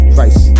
Price